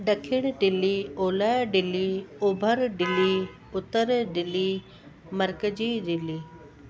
ॾखिण दिल्ली ओलह दिल्ली ओभर दिल्ली उत्तर दिल्ली मर्कज़ी दिल्ली